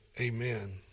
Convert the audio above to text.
Amen